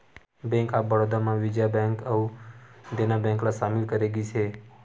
bank of Baroda म Vijaya bank अउ Dena bank ल सामिल करे गिस हे